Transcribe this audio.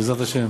בעזרת השם.